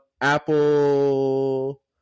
Apple